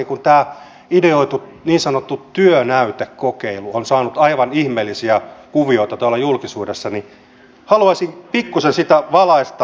kun tämä ideoitu niin sanottu työnäytekokeilu on saanut aivan ihmeellisiä kuvioita tuolla julkisuudessa niin haluaisin pikkuisen sitä valaista